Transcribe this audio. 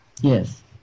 Yes